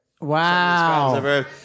Wow